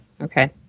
Okay